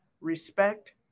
respect